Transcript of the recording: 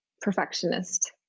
perfectionist